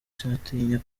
sinatinya